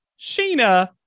Sheena